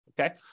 Okay